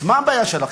אז מה הבעיה שלכם?